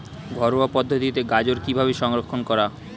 ঘরোয়া পদ্ধতিতে গাজর কিভাবে সংরক্ষণ করা?